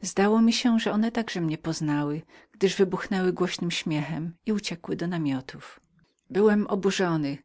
zdało mi się że one także mnie poznały gdyż wybuchnęły głośnym śmiechem i uciekły do namiotów byłem oburzony